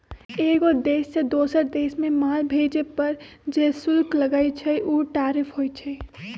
एगो देश से दोसर देश मे माल भेजे पर जे शुल्क लगई छई उ टैरिफ होई छई